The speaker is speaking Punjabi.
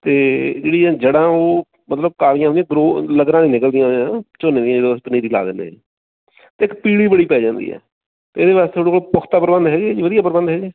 ਅਤੇ ਜਿਹੜੀਆਂ ਜੜਾਂ ਉਹ ਮਤਲਬ ਕਾਲੀਆਂ ਹੁੰਦੀਆਂ ਗ੍ਰੋ ਲਗਰਾਂ ਨਹੀਂ ਨਿਕਲਦੀਆਂ ਉਹਦੀਆਂ ਝੋਨੇ ਦੀਆਂ ਜਦੋਂ ਅਸੀਂ ਪਨੀਰੀ ਲਾ ਦਿੰਦੇ ਆ ਜੀ ਅਤੇ ਇੱਕ ਪੀਲੀ ਬੜੀ ਪੈ ਜਾਂਦੀ ਹੈ ਅਤੇ ਇਹਦੇ ਵਾਸਤੇ ਤੁਹਾਡੇ ਕੋਲ ਪੁਖਤਾ ਪ੍ਰਬੰਧ ਹੈਗੇ ਜੀ ਵਧੀਆ ਪ੍ਰਬੰਧ ਹੈਗੇ